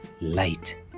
Light